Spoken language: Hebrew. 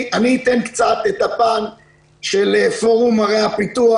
אציג את הפן של פורום ערי הפיתוח.